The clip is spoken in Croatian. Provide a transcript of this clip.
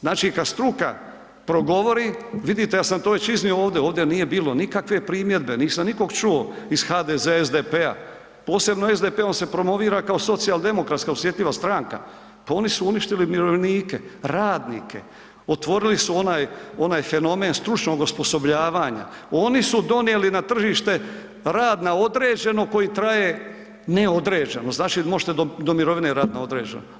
Znači kad struka progovori, vidite, ja sam to već iznio ovdje, ovdje nije bilo nikakve primjedbe, nisam nikog čuo iz HDZ-a, SDP-a, posebno SDP on se promovira kao socijaldemokratska osjetljiva stranka, pa oni su uništili umirovljenike, radnike, otvorili su onaj, onaj fenomen stručnog osposobljavanja, oni su donijeli na tržište rad na određeno koji traje neodređeno, znači možete do, do mirovine radit na određeno.